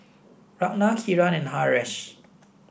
Ranga Kiran and Haresh